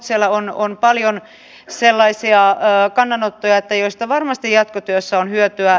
siellä on paljon sellaisia kannanottoja joista varmasti jatkotyössä on hyötyä